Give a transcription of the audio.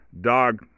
dog